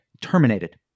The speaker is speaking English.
terminated